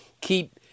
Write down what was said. keep